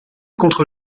contre